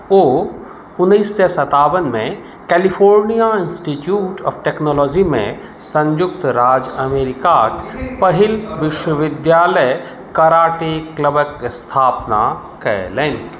ओ उन्नैस सए सतावनमे कैलिफोर्निया इंस्टीट्यूट ऑफ टेक्नोलॉजीमे संयुक्त राज्य अमेरिकाक पहिल विश्वविद्यालय कराटे क्लबक स्थापना कयलनि